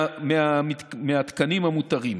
מהתקנים המותרים.